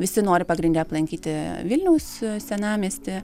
visi nori pagrinde aplankyti vilniaus senamiestį